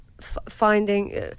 finding